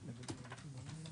בבקשה.